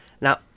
Now